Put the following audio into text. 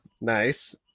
Nice